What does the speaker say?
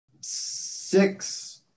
Six